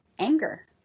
anger